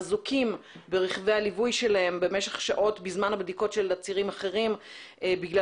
אזוקים ברכבי הליווי שלהם בזמן הבדיקות של עצירים אחרים בגלל